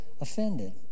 offended